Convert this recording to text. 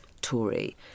Tory